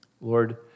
Lord